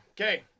Okay